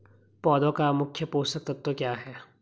पौधें का मुख्य पोषक तत्व क्या है?